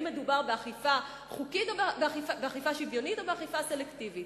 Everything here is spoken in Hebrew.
האם מדובר באכיפה שוויונית או באכיפה סלקטיבית?